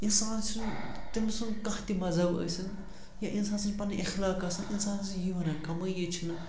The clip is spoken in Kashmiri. اِنسان چھُ تٔمۍ سُنٛد کانٛہہ تہِ مذہب ٲسِن یا اِنسان سٕنٛز پَنٕںۍ اِخلاق آسَن اِنسانَس یہِ وَنان کَمٲے یٲژ چھِنہٕ